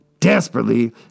Desperately